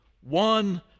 one